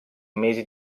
mesi